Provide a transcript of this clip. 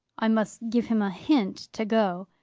i must give him a hint to go.